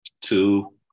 Two